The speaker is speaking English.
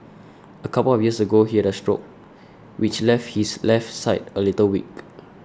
a couple of years ago he had a stroke which left his left side a little weak